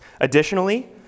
Additionally